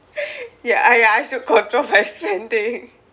ya I I still control my spending